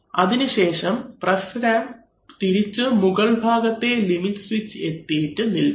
അതിനുശേഷം press ram തിരിച്ച് മുകൾ ഭാഗത്തെ ലിമിറ്റ് സ്വിച്ച് എത്തിയിട്ട് നിൽക്കും